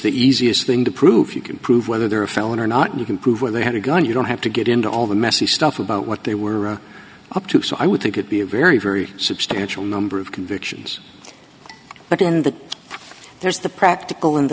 the easiest thing to prove you can prove whether they're a felon or not you can prove where they had a gun you don't have to get into all the messy stuff about what they were up to so i would think you'd be a very very substantial number of convictions but in the there's the practical and